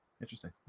Interesting